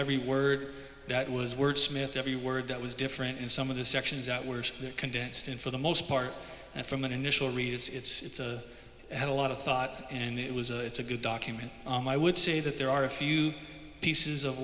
every word that was wordsmith every word that was different in some of the sections out words that condensed in for the most part and from an initial read it's a had a lot of thought and it was a it's a good document and i would say that there are a few pieces of